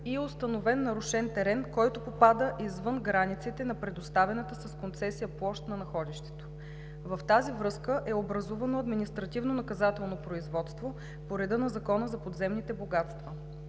и е установен нарушен терен, който попада извън границите на предоставената с концесия площ на находището. В тази връзка е образувано административно наказателно производство по реда на Закона за подземните богатства.